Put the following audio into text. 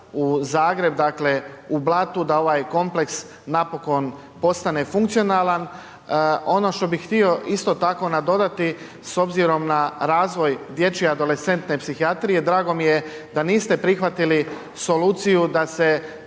u Zagreb, dakle, u Blatu, da ovaj kompleks napokon postane funkcionalan. Ono što bi htio isto tako nadodati s obzirom na razvoj dječje adolescentne psihijatrije, drago mi je da niste prihvatili soluciju da se